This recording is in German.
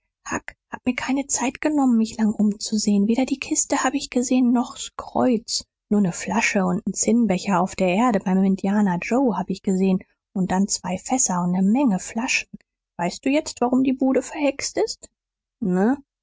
hab mir keine zeit genommen mich lang umzusehen weder die kiste hab ich gesehen noch s kreuz nur ne flasche und n zinnbecher auf der erde beim indianer joe hab ich gesehen und dann zwei fässer und ne menge flaschen weißt du jetzt warum die bude verhext ist na